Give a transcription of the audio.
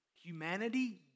Humanity